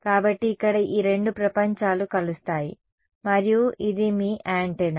కాబట్టి ఇక్కడ ఈ రెండు ప్రపంచాలు కలుస్తాయి మరియు ఇది మీ యాంటెన్నా